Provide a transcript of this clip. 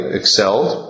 excelled